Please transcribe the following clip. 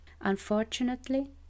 Unfortunately